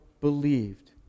believed